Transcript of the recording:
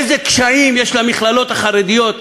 איזה קשיים יש למכללות החרדיות?